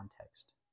context